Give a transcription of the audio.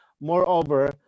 Moreover